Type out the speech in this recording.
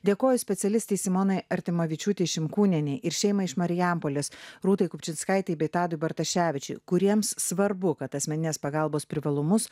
dėkoju specialistei simonai artimavičiūtei šinkūnienei ir šeimai iš marijampolės rūtai kupčinskaitei bei tadui bartaševičiui kuriems svarbu kad asmeninės pagalbos privalumus